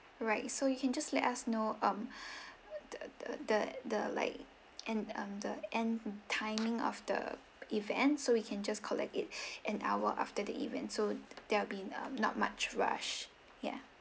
right so you can just let us know um the the the the like end um the end timing of the event so we can just collect it an hour after the event so that'll be uh not much rush yeah